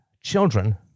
children